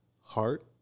heart